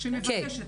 שמבקשת.